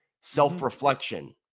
self-reflection